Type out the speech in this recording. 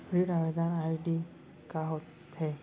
ऋण आवेदन आई.डी का होत हे?